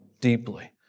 deeply